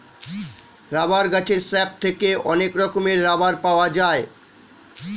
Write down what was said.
rubber গাছের sap থেকে অনেক রকমের রাবার পাওয়া যায়